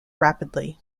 rapidly